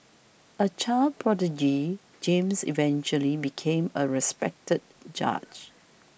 a child prodigy James eventually became a respected judge